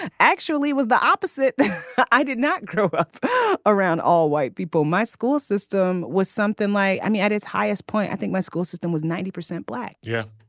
and actually was the opposite i did not grow up around all white people my school system was something like. i mean at its highest point i think my school system was ninety percent black. yeah.